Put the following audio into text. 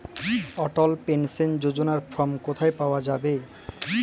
অটল pension যোজনার form কোথায় পাওয়া যাবে?